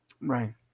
Right